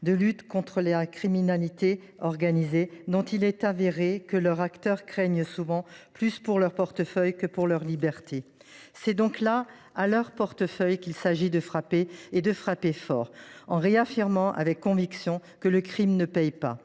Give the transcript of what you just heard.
lutter contre la criminalité organisée, dont il est avéré que les acteurs craignent souvent plus pour leur portefeuille que pour leur liberté. C’est donc à leur portefeuille qu’il convient de les frapper, et de les frapper fort, en réaffirmant avec conviction que le crime ne paie pas.